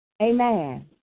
Amen